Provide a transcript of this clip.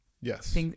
yes